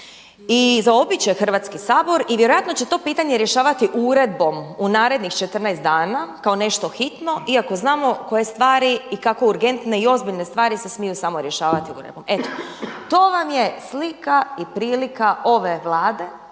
i zaobići Hrvatski sabor i vjerojatno će to pitanje rješavati uredbom u narednih 14 dana kao nešto hitno iako znamo koje stvari i kako urgentne i ozbiljne stvari se smiju rješavati uredbom. Eto. To vam je slika i prilika ove Vlade,